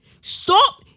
Stop